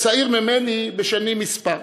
צעיר ממני בשנים מספר.